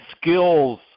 skills